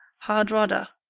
hardrada,